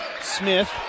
Smith